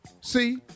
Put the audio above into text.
See